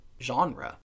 genre